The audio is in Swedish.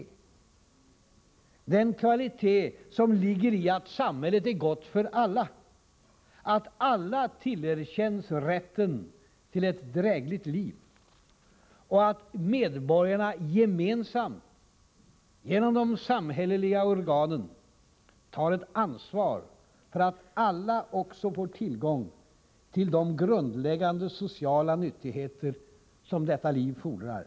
Det är den kvalitet som ligger i att samhället är gott för alla, att alla tillerkänns rätten till ett drägligt liv och att medborgarna gemensamt, genom de samhälleliga organen, tar ett ansvar för att alla också får tillgång till de grundläggande sociala nyttigheter som detta liv fordrar.